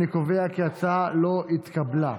אני קובע כי ההצעה לא התקבלה.